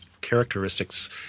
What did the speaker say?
characteristics